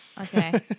Okay